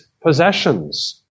possessions